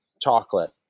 chocolate